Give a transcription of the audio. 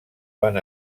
van